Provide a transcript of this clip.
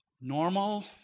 normal